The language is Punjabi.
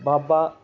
ਬਾਬਾ